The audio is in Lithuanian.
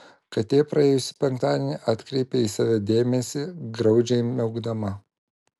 katė praėjusį penktadienį atkreipė į save dėmesį graudžiai miaukdama